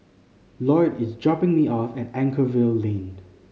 Loyd is dropping me off at Anchorvale Lane